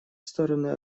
стороны